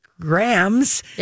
grams